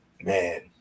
man